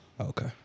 Okay